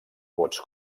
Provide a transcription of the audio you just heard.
vots